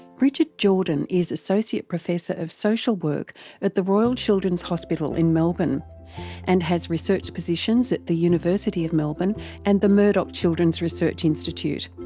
brigid jordan is associate professor of social work at the royal children's hospital in melbourne and has research positions at the university of melbourne and the murdoch children's research institute.